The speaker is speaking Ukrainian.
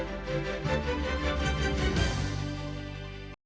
Дякую.